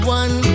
one